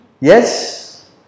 Yes